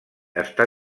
està